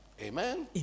Amen